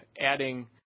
adding